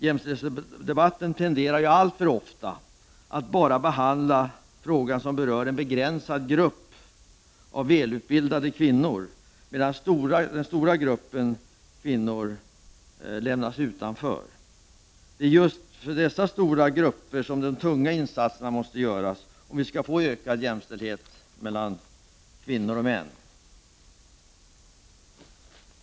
Jämställdhetsdebatten tenderar alltför ofta att bara handla om frågor som berör en begränsad grupp av välutbildade kvinnor, medan den stora gruppen kvinnor lämnas utanför. Det är just för dessa stora grupper som de tunga insatserna måste göras om vi skall få ökad jämställdhet mellan kvinnor och män.